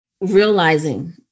realizing